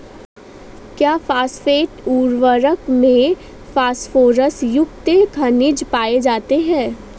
क्या फॉस्फेट उर्वरक में फास्फोरस युक्त खनिज पाए जाते हैं?